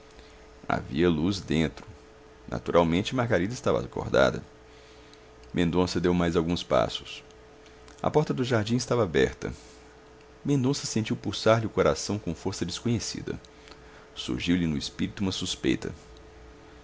havia luz dentro naturalmente margarida estava acordada mendonça deu mais alguns passos a porta do jardim estava aberta mendonça sentiu pulsar lhe o coração com força desconhecida surgiu lhe no espírito uma suspeita